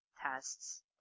tests